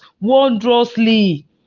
wondrously